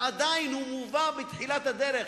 הוא מובא בתחילת הדרך